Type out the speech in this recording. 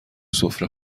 سفره